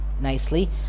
nicely